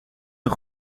een